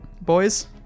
boys